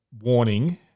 Warning